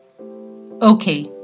Okay